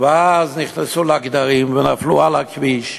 ואז נכנסו לגדרות, ונפלו על הכביש,